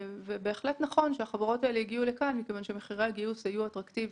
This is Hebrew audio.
בהחלט נכון שהחברות האלו הגיעו לכאן מפני שמחירי הגיוס היו אטרקטיביים.